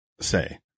say